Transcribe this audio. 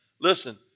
listen